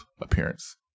appearance